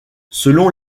selon